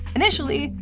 initially,